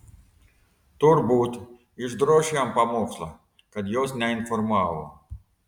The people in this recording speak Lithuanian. turbūt išdroš jam pamokslą kad jos neinformavo